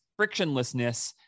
frictionlessness